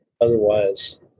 Otherwise